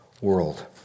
world